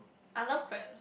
I love crab